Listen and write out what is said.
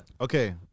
Okay